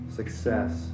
success